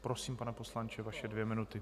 Prosím, pane poslanče, vaše dvě minuty.